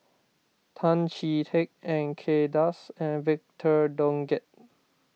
Tan Chee Teck Kay Das and Victor Doggett